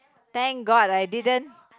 thank god I didn't